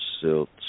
silt